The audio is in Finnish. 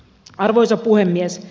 arvoisa puhemies